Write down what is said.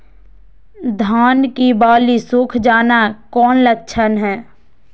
धान की बाली सुख जाना कौन लक्षण हैं?